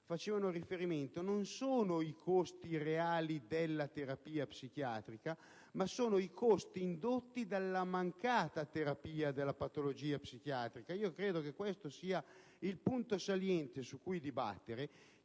facevano riferimento non sono i costi reali della terapia psichiatrica, ma sono quelli indotti dalla mancata terapia della patologia psichiatrica. Credo che questo sia il punto saliente su cui dibattere;